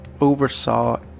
oversaw